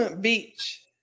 Beach